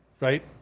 right